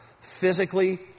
physically